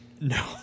no